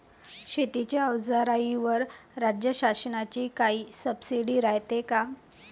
शेतीच्या अवजाराईवर राज्य शासनाची काई सबसीडी रायते का?